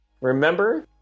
remember